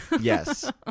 Yes